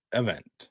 event